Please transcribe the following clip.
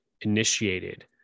initiated